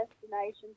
destination